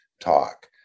talk